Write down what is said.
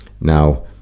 now